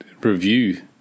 review